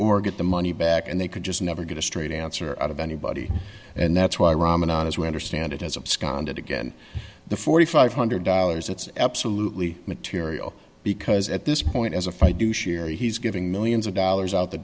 or get the money back and they could just never get a straight answer out of anybody and that's why ramadan as we understand it as of sky and again the four thousand five hundred dollars it's absolutely material because at this point as if i do share he's giving millions of dollars out the